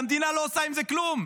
והמדינה לא עושה עם זה כלום.